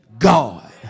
God